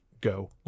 go